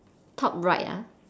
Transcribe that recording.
top right ah